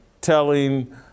telling